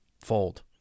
fold